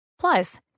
Plus